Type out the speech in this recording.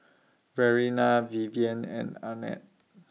Verena Vivien and Arnett